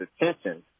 attention